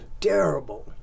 Terrible